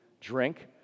drink